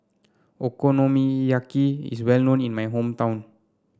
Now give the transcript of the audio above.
Okonomiyaki is well known in my hometown